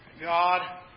God